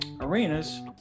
arenas